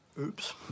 Oops